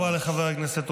מה עם החברה הערבית?